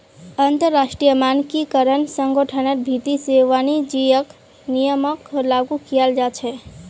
अंतरराष्ट्रीय मानकीकरण संगठनेर भीति से वाणिज्यिक नियमक लागू कियाल जा छे